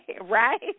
Right